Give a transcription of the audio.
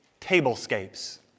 tablescapes